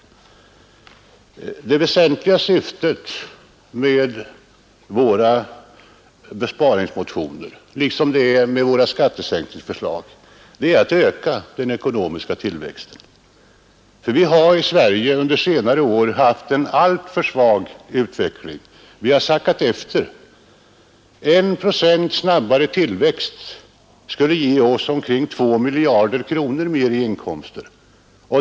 Det väsentliga syftet med våra besparingsmotioner, liksom med våra skattesänkningsförslag, är att öka den ekonomiska tillväxten. Vi har i Sverige under senare år haft en alltför svag utveckling. Vi har sackat efter. En procents snabbare tillväxt skulle ge oss omkring 2 miljarder kronor mer i inkomster.